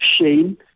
Shane